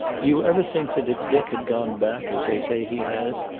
do you ever think that if dick had gone back, as they say he has,